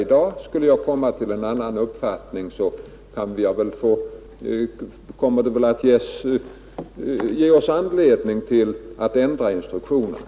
Om jag skulle komma till en annan uppfattning senare, så ger väl det anledning för oss att ändra instruktionerna.